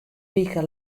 wike